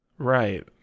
right